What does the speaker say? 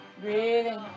Breathing